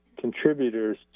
contributors